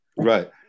Right